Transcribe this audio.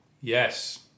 Yes